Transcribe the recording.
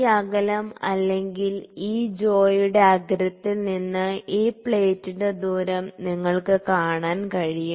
ഈ അകലം അല്ലെങ്കിൽ ഈ ജോയുടെ അഗ്രത്തിൽ നിന്ന് ഈ പ്ലേറ്റിന്റെ ദൂരം നിങ്ങൾക്ക് കാണാൻ കഴിയും